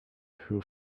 who